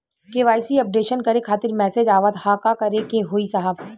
KYC updation करें खातिर message आवत ह का करे के होई साहब?